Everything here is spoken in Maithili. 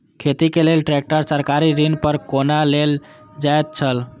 खेती के लेल ट्रेक्टर सरकारी ऋण पर कोना लेल जायत छल?